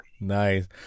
Nice